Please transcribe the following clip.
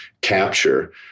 capture